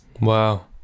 Wow